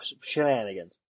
shenanigans